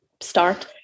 start